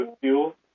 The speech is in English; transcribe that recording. fuel